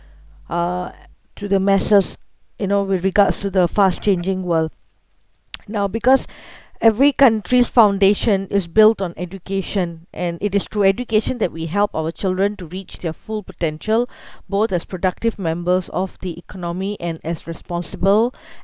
uh to the masses you know with regards to the fast changing world now because every country's foundation is built on education and it is through education that we help our children to reach their full potential both as productive members of the economy and as responsible